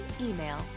email